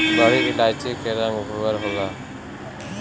बड़ी इलायची के रंग भूअर होला